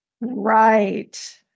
Right